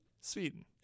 Sweden